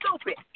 stupid